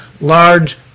large